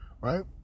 right